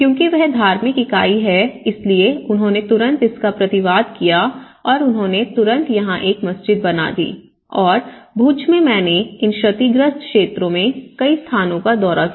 क्योंकि वह धार्मिक इकाई है इसलिए उन्होंने तुरंत इसका प्रतिवाद किया और उन्होंने तुरंत यहाँ एक मस्जिद बना दी और भुज में मैंने इन क्षतिग्रस्त क्षेत्रों के कई स्थानों का दौरा किया